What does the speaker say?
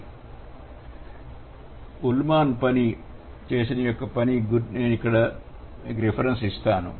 Ullmann Ullmann పని గురించి నేను ఇక్కడ reference రిఫరెన్స్ రాస్తాను